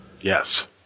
Yes